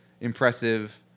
impressive